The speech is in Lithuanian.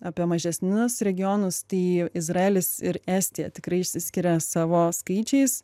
apie mažesnius regionus tai izraelis ir estija tikrai išsiskiria savo skaičiais